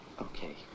Okay